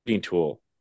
tool